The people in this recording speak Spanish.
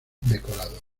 decorados